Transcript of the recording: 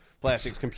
plastics